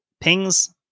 pings